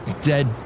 dead